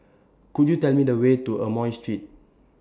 Could YOU Tell Me The Way to Amoy Street